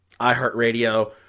iHeartRadio